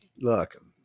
Look